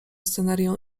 scenerią